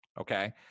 Okay